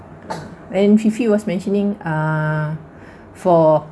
and fifi was mentioning ah for